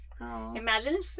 imagine